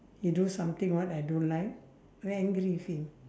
he do something what I don't like very angry with him